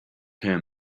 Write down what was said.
him